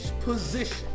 position